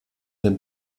den